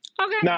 Okay